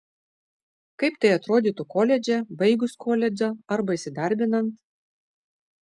kaip tai atrodytų koledže baigus koledžą arba įsidarbinant